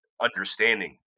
understanding